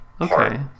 Okay